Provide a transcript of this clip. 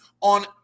on